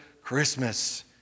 Christmas